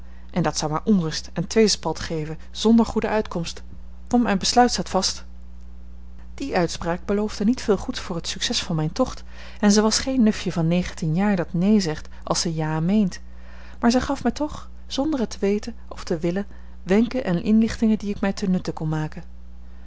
en dat zou maar onrust en tweespalt geven zonder goede uitkomst want mijn besluit staat vast die uitspraak beloofde niet veel goeds voor het succes van mijn tocht en zij was geen nufje van negentien jaar dat neen zegt als ze ja meent maar zij gaf mij toch zonder het te weten of te willen wenken en inlichtingen die ik mij ten nutte konde maken